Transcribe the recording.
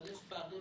אבל יש פערים